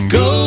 go